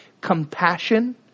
compassion